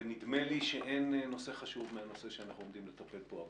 ונדמה לי שאין נושא חשוב מהנושא שאנחנו עומדים לטפל בו הבוקר.